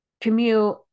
commute